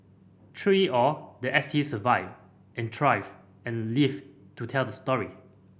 through it all the S T survived and thrived and lived to tell the story